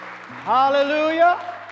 Hallelujah